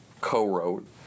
co-wrote